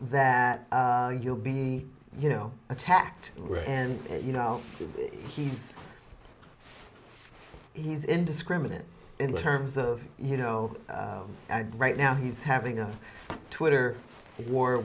that you'll be you know attacked and you know he's he's indiscriminate in terms of you know i'd right now he's having a twitter war